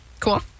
Cool